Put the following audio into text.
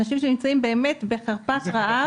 אנשים בחרפת רעב.